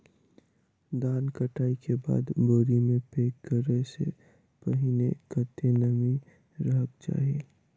धान कटाई केँ बाद बोरी मे पैक करऽ सँ पहिने कत्ते नमी रहक चाहि?